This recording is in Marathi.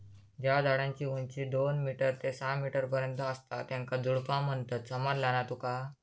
ज्या झाडांची उंची दोन मीटर ते सहा मीटर पर्यंत असता त्येंका झुडपा म्हणतत, समझला ना तुका?